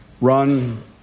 run